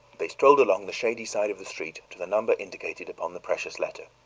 they strolled along the shady side of the street to the number indicated upon the precious letter.